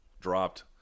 Dropped